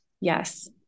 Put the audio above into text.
Yes